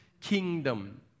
kingdom